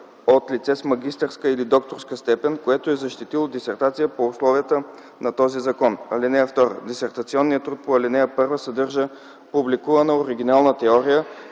от лице с магистърска или докторска степен, което е защитило дисертация по условията на този закон. (2) Дисертационният труд по ал. 1 съдържа публикувана оригинална теория,